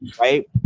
right